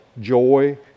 joy